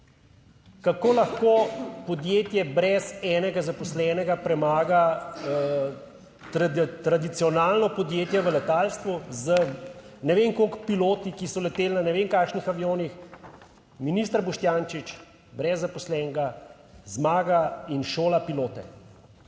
Kako lahko podjetje brez enega zaposlenega premaga tradicionalno podjetje v letalstvu, z ne vem koliko piloti, ki so leteli na ne vem kakšnih avionih? Minister Boštjančič brez zaposlenega zmaga in šola pilote.